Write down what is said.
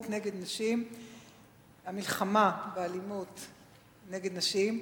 למלחמה באלימות נגד נשים.